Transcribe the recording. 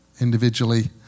individually